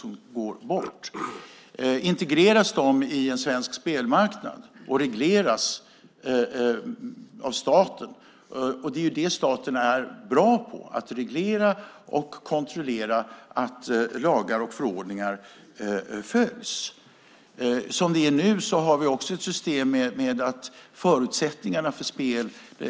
Om de integreras på en svensk spelmarknad kan de regleras av staten, och staten är bra på att reglera och kontrollera att lagar och förordningar följs. Som det nu är har vi också ett system där förutsättningarna för spel är olika.